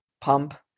pump